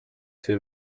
sie